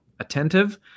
attentive